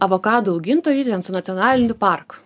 avokadų augintojai su nacionaliniu parku